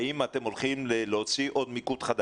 האם אתם הולכים להוציא עוד מיקוד, חדש?